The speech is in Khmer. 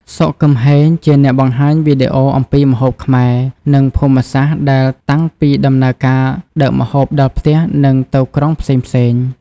សុខ ខឹមហេង ជាអ្នកបង្ហាញវីដេអូអំពីម្ហូបខ្មែរ និងភូមិសាស្ត្រដែលតាំងពីដំណើរការដឹកម្ហូបដល់ផ្ទះ និងទៅក្រុងផ្សេងៗ។